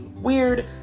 Weird